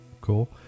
Cool